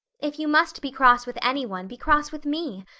if you must be cross with anyone, be cross with me.